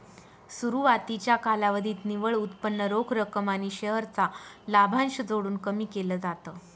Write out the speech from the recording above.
सुरवातीच्या कालावधीत निव्वळ उत्पन्न रोख रक्कम आणि शेअर चा लाभांश जोडून कमी केल जात